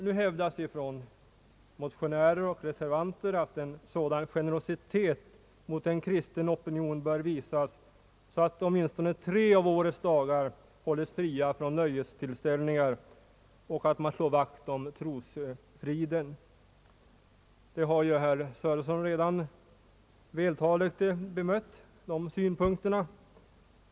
Nu hävdas från motionärer och reservanter att en sådan generositet mot en kristen opinion bör visas så att åtminstone tre av årets dagar hålles fria från nöjestillställningar och att man slår vakt om trosfriden. Dessa synpunkter har herr Sörenson redan vältaligt bemött.